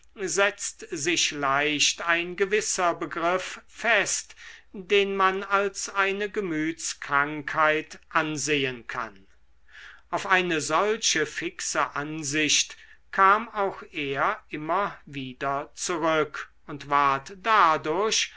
setzt sich leicht ein gewisser begriff fest den man als eine gemütskrankheit ansehen kann auf eine solche fixe ansicht kam auch er immer wieder zurück und ward dadurch